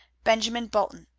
benjamin bolton,